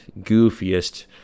goofiest